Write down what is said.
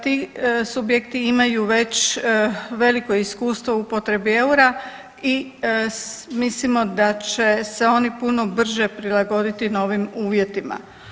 Ti subjekti imaju već veliko iskustvo u potrebi eura i mislimo da će se oni puno brže prilagoditi novim uvjetima.